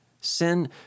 Sin